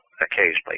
occasionally